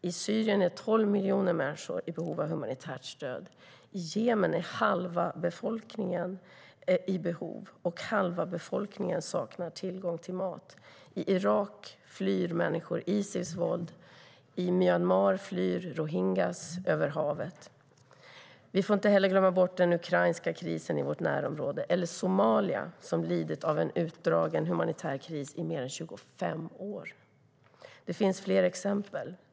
I Syrien är 12 miljoner människor i behov av humanitärt stöd. I Jemen saknar halva befolkningen tillgång till mat. I Irak flyr människor Isils våld. I Myanmar flyr rohingyafolket över havet. Vi får inte heller glömma den ukrainska krisen i vårt närområde eller Somalia som har lidit av en utdragen humanitär kris i mer än 25 år. Det finns fler exempel.